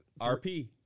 RP